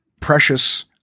precious